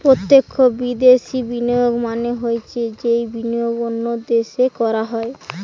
প্রত্যক্ষ বিদ্যাশি বিনিয়োগ মানে হৈছে যেই বিনিয়োগ অন্য দেশে করা হয়